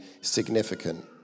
significant